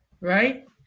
right